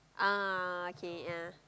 ah okay yeah